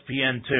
ESPN2